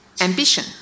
Ambition